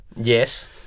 Yes